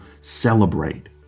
celebrate